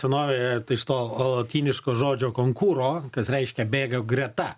senovėje iš to lotyniško žodžio konkūro kas reiškia bėga greta